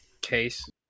case